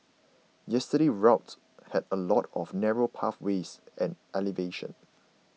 yesterday's route had a lot of narrow pathways and elevation